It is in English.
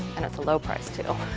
and it's a low price, too.